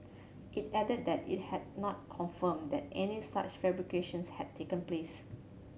it added that it had not confirmed that any such fabrications had taken place